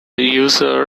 user